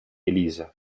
elisa